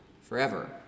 forever